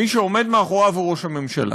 מי שעומד מאחוריו הוא ראש הממשלה.